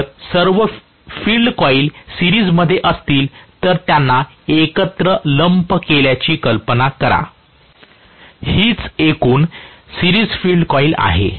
माझ्याकडे जर सर्व फील्ड कॉइल सिरीज मध्ये असतील तर त्यांना एकत्र लंप केल्याची कल्पना करा हीच एकूण सिरीज फील्ड कॉइल आहे